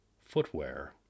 footwear